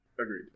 Agreed